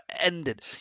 ended